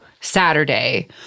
Saturday